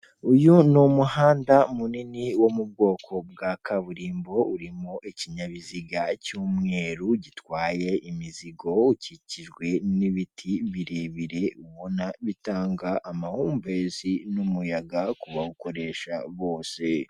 Umuhanda w'umukara irimo ibinyabiziga bishinzwe gutwara anagenizi inyabiziga bikaba bifite ibara ry'umweru imbere yaho hakaba hari umugabo wambaye agapira kajya gusa umweru n'ipanaro ijya gusa ubururu.